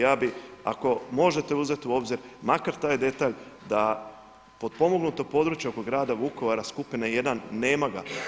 Ja bih ako možete uzeti u obzir, makar taj detalj, da potpomognuto područje oko grada Vukovara skupine 1, nema ga.